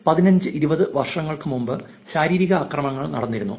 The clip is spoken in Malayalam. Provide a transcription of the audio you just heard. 15 20 വർഷങ്ങൾക്ക് മുമ്പ് ശാരീരിക ആക്രമണങ്ങൾ നടന്നിരുന്നു